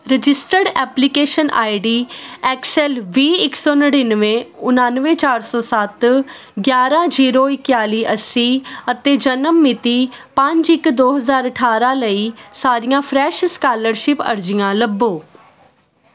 registered application ID X L ਵੀਹ ਇੱਕ ਸੌ ਨੜਿੱਨਵੇਂ ਉਨਾਨਵੇਂ ਚਾਰ ਸੌ ਸੱਤ ਗਿਆਰਾਂ ਜੀਰੋ ਇਕਤਾਲੀ ਅੱਸੀ ਅਤੇ ਜਨਮ ਮਿਤੀ ਪੰਜ ਇੱਕ ਦੋ ਹਜ਼ਾਰ ਅਠਾਰ੍ਹਾਂ ਲਈ ਸਾਰੀਆਂ ਫਰੈਸ਼ ਸਕਾਲਰਸ਼ਿਪ ਅਰਜ਼ੀਆਂ ਲੱਭੋ